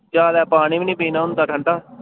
ज्यादै पानी बी नि पीना होंदा ठंडा